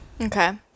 Okay